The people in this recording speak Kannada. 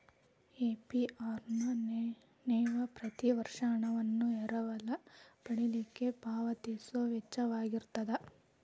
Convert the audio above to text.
ಎ.ಪಿ.ಆರ್ ನ ನೇವ ಪ್ರತಿ ವರ್ಷ ಹಣವನ್ನ ಎರವಲ ಪಡಿಲಿಕ್ಕೆ ಪಾವತಿಸೊ ವೆಚ್ಚಾಅಗಿರ್ತದ